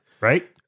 right